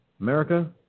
America